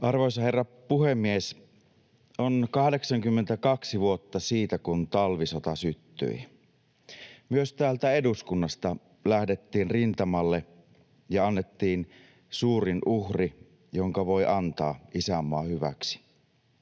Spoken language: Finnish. Arvoisa herra puhemies! On 82 vuotta siitä, kun talvisota syttyi. Myös täältä eduskunnasta lähdettiin rintamalle ja annettiin suurin uhri, jonka voi antaa isänmaan hyväksi.